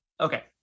Okay